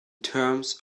terms